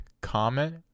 comment